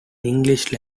english